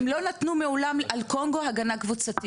הן מעולם לא נתנו על קונגו הגנה קבוצתית?